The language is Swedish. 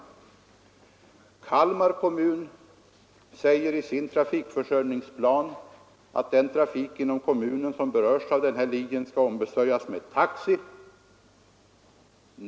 Kalmar kommun säger i sin trafikförsörjningsplan att den trafik inom kommunen som berörs av den här linjen skall ombesörjas med taxi.